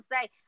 say